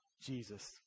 Jesus